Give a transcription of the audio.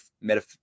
meta